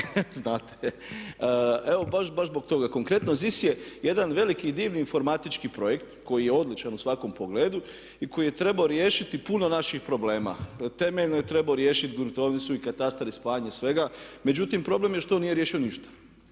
Evo baš zbog toga, konkretno ZIS je jedan veliki divni informatički projekt koji je odličan u svakom pogledu i koji je trebao riješiti puno naših problema. Temeljno je trebao riješiti gruntovnicu i katastar i spajanje svega, međutim, problem je što on nije riješio ništa.